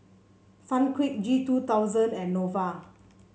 Sunquick G two Thousand and Nova